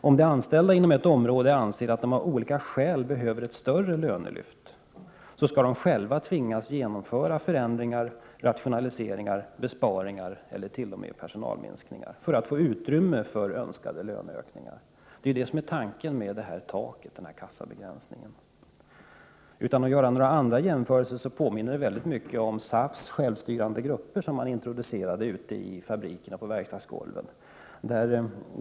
Om de anställda inom ett område anser att de av olika skäl behöver ett större lönelyft, skall de själva tvingas genomföra förändringar, rationaliseringar, besparingar eller t.o.m. personalminskningar för att åstadkomma ett utrymme för önskade löneökningar. Det är ju det som är tanken med det här lönetaket, alltså kassabegränsningen. Utan att göra några jämförelser påminner detta väldigt mycket om SAF:s självstyrande grupper ute i fabrikerna och på verkstadsgolven.